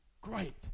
Great